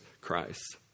Christ